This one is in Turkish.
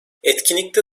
etkinlikte